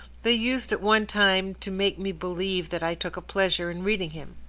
they used at one time to make me believe that i took a pleasure in reading him.